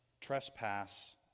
trespass